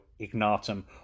ignatum